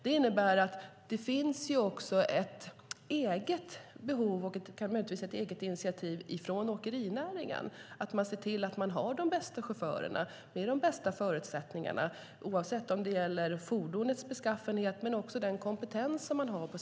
Det innebär att det också finns ett behov hos åkerinäringen att, möjligen på eget initiativ, se till att man har de bästa chaufförerna med de bästa förutsättningarna, oavsett om det gäller fordonens beskaffenhet eller chaufförernas kompetens.